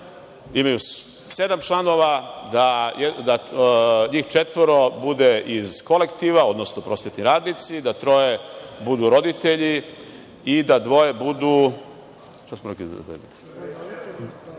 imaju sedam članova, da njih četvoro bude iz kolektiva, odnosno prosvetni radnici, da troje budu iz lokalne